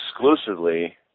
exclusively